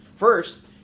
First